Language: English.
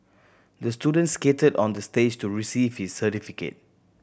the student skated on the stage to receive his certificate